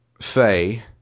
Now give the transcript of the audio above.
Faye